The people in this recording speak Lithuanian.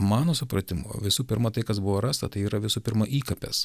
mano supratimu visų pirma tai kas buvo rasta tai yra visų pirma įkapės